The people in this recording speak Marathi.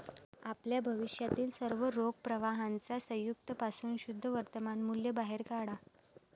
आपल्या भविष्यातील सर्व रोख प्रवाहांच्या संयुक्त पासून शुद्ध वर्तमान मूल्य बाहेर काढा